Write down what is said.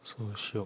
so shiok